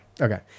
Okay